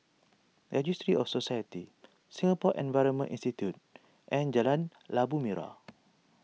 Registry of Societies Singapore Environment Institute and Jalan Labu Merah